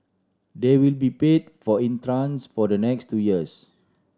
they will be paid for in tranches for the next two years